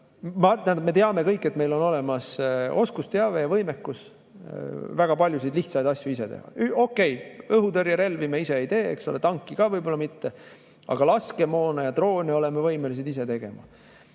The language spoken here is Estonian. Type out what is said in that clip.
Loomulikult, me teame kõik, et meil on olemas oskusteave ja võimekus väga paljusid lihtsaid asju ise teha. Okei, õhutõrjerelvi me ise ei tee, eks ole, tanki ka võib-olla mitte, aga laskemoona ja droone oleme võimelised ise tegema.